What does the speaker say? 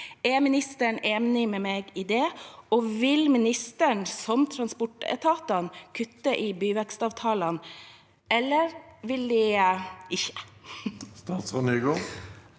Er ministeren enig med meg i det, og vil ministeren, som transportetatene, kutte i byvekstavtalene, eller vil han ikke?